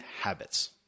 habits